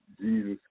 Jesus